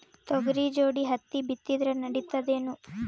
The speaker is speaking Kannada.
ತೊಗರಿ ಜೋಡಿ ಹತ್ತಿ ಬಿತ್ತಿದ್ರ ನಡಿತದೇನು?